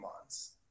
months